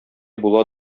була